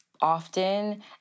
often